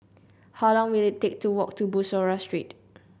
how long will it take to walk to Bussorah Street